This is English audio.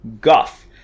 guff